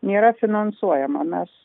nėra finansuojama nes